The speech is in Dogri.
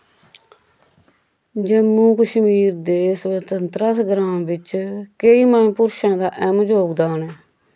जम्मू कश्मीर दे स्वतंत्रा संग्राम विच केई मन पुरशां दा एहम जोगदान ऐ